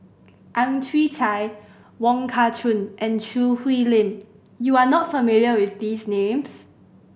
Ang Chwee Chai Wong Kah Chun and Choo Hwee Lim you are not familiar with these names